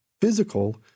physical